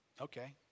Okay